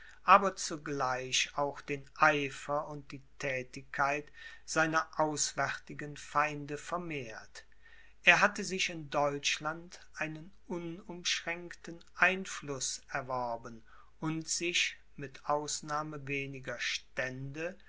aber zugleich auch den eifer und die thätigkeit seiner auswärtigen feinde vermehrt er hatte sich in deutschland einen unumschränkten einfluß erworben und sich mit ausnahme weniger stände